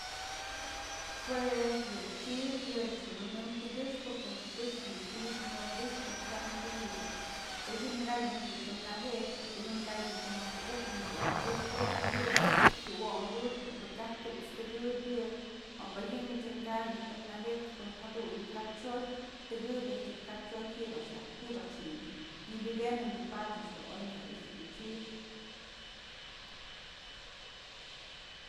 Jue yë chid yë ëch dun nënëm tikyëxpë porque këxë yë ti'i myëwëdyjtë tyam ti'i yë pë jim mka'ay najk dun të nëkë'ëk o pëm ka'ay najk jedun të ja'a kujupë nyaka kujujtu'upë yë, kyuwondutypë o pë kaj tu'uts tëkëpë yë o pë ji'im mich mka'ak të nëkëkpë jaduyë kach jotyë, tëkëp a'ax yë kach jotyë ji'ibë a'ax yë nyëpëkënënë, padyë ëch dun oy kä i'ixë yë chid.